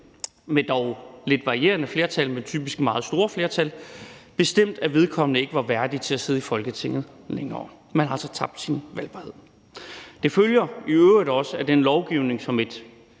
med lidt varierende flertal, men typisk meget store flertal, bestemt, at vedkommende ikke var værdig til at sidde i Folketinget længere. Man har altså tabt sin valgbarhed. Det følger i øvrigt også af den lovgivning, som